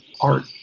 art